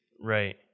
Right